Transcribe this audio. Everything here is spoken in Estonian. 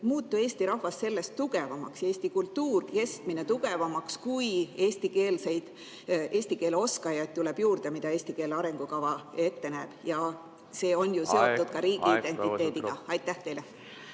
muutu Eesti rahvas sellest tugevamaks, eesti kultuuri kestmine tugevamaks, kui eesti keele oskajaid tuleb juurde, mida eesti keele arengukava ette näeb? See on ju seotud ka riigi identiteediga. Austatud